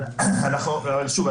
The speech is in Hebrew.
שוב,